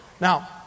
Now